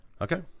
Okay